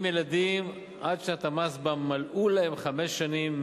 ילדים עד שנת המס שבה ימלאו להם חמש שנים,